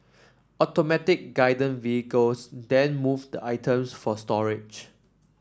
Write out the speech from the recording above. automatic Guided Vehicles then move the items for storage